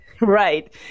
Right